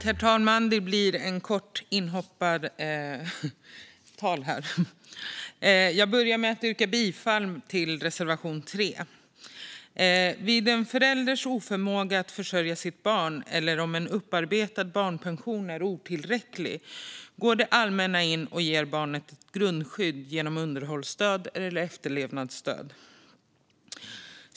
Herr talman! Det blir ett kort inhoppartal. Jag börjar med att yrka bifall till reservation 3. Vid en förälders oförmåga att försörja sitt barn eller om en upparbetad barnpension är otillräcklig går det allmänna in och ger barnet ett grundskydd genom underhållsstöd eller efterlevandestöd.